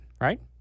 right